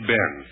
Ben